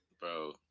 Bro